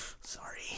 Sorry